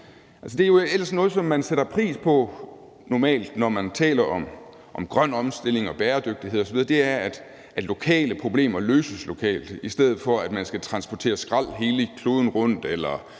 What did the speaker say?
Det er ellers noget, man normalt sætter pris på, når man taler om grøn omstilling og bæredygtighed, altså at lokale problemer løses lokalt. I stedet for at man skal transportere skrald hele kloden rundt, løser